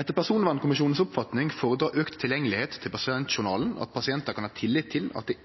«Etter Personvernkommisjonens oppfatning fordrer økt tilgjengelighet til pasientjournalen at pasienter kan ha tillit til at